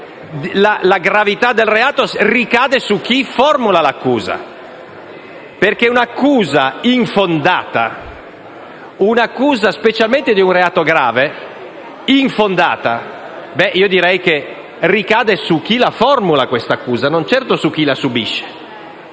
la gravità del reato ricade su chi formula l'accusa. Infatti un'accusa infondata, specialmente di un reato grave, ricade su chi la formula, non certo su chi la subisce.